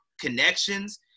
connections